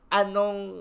anong